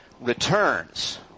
returns